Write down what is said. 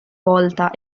volta